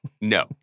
No